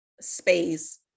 space